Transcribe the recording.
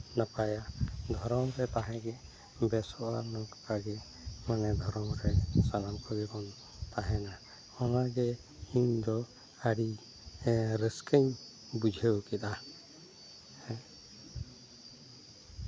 ᱱᱟᱯᱟᱭᱟ ᱫᱷᱚᱨᱚᱢ ᱨᱮ ᱛᱟᱦᱮᱸ ᱜᱮ ᱵᱮᱥᱚᱜᱼᱟ ᱟᱨ ᱱᱚᱝᱠᱟ ᱜᱮ ᱢᱟᱱᱮ ᱫᱷᱚᱨᱚᱢ ᱨᱮ ᱥᱟᱱᱟᱢ ᱠᱚᱜᱮ ᱵᱚᱱ ᱛᱟᱦᱮᱱᱟ ᱚᱱᱟᱜᱮ ᱤᱧ ᱫᱚ ᱟᱹᱰᱤ ᱨᱟᱹᱥᱠᱟᱹᱧ ᱵᱩᱡᱷᱟᱹᱣ ᱠᱮᱫᱟ